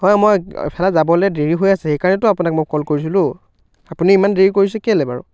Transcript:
হয় মই এফালে যাবলৈ দেৰি হৈ আছে সেইকাৰণেতো আপোনাক মই কল কৰিছিলোঁ আপুনি ইমান দেৰি কৰিছে কেলৈ বাৰু